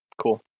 Cool